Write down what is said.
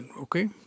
okay